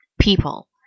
People